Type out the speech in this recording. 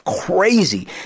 crazy